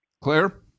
Claire